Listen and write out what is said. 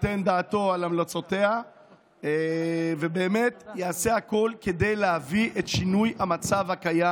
ייתן דעתו על המלצותיה ובאמת יעשה הכול כדי להביא לשינוי המצב הקיים.